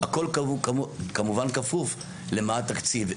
הכול כמובן כפוף למה התקציב,